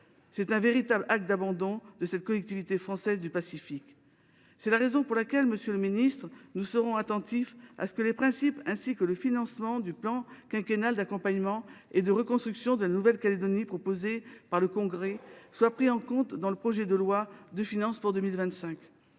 C’est un véritable acte d’abandon de cette collectivité française du Pacifique. C’est la raison pour laquelle, monsieur le ministre, nous serons attentifs à ce que les principes, ainsi que le financement du plan quinquennal d’accompagnement et de reconstruction de la Nouvelle Calédonie proposé par le congrès soient pris en compte dans le prochain projet de loi de finances.